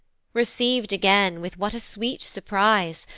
receiv'd again with what a sweet surprise,